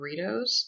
burritos